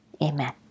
Amen